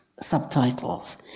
subtitles